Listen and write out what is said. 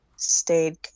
stayed